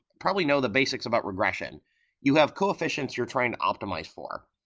probably know the basics about regression you have coefficients you're trying to optimize for.